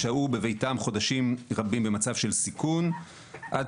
שהו בביתם חודשים רבים במצב של סיכון עד